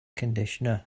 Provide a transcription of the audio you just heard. conditioner